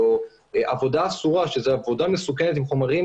עבודה אסורה שהיא עבודה מסוכנת עם חומרים